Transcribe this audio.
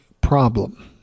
problem